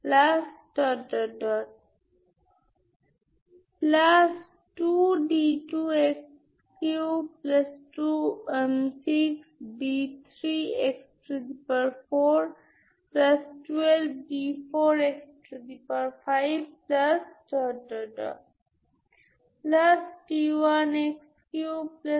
Cn 11fxPndx 11Pn2dx 2n12 11fxPndx সুতরাং আমার fxn0CnPn আছে এটিকে লেজেন্ড্রে ফোরিয়ার সিরিজ বলা হয় এবং Cn 2n12 11fxPndx হল লেজেন্ড্রে ফোরিয়ার ট্রান্সফর্ম